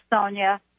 Sonia